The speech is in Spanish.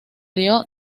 dio